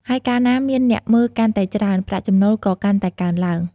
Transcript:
ហើយកាលណាមានអ្នកមើលកាន់តែច្រើន ប្រាក់ចំណូលក៏កាន់តែកើនឡើង។